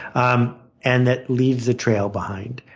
um and that leaves a trail behind.